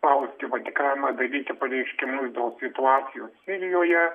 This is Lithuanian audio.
spausti vatikaną daryti pareiškimus dėl situacijos sirijoje